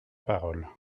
parole